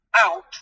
out